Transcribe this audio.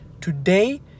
today